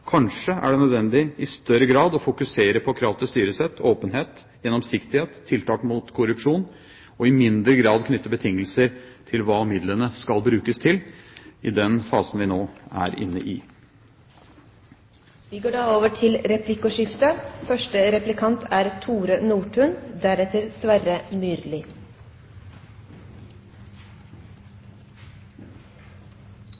Kanskje er det nødvendig i større grad å fokusere på krav til styresett, åpenhet, gjennomsiktighet og tiltak mot korrupsjon og i mindre grad knytte betingelser til hva midlene skal brukes til, i den fasen vi nå er inne